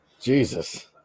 Jesus